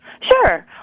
Sure